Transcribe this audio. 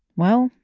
well,